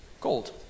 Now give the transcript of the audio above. gold